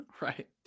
Right